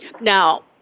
Now